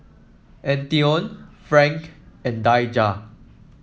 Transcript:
Antione Frank and Daija